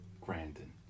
Grandin